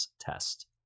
test